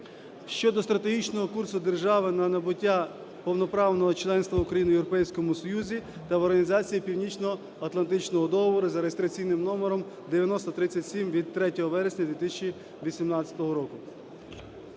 (щодо стратегічного курсу держави на набуття повноправного членства України в Європейському Союзі та в Організації Північноатлантичного договору за реєстраційним номером 9037 від 3 вересня 2018 року.